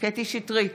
קטי קטרין שטרית,